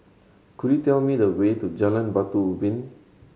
could you tell me the way to Jalan Batu Ubin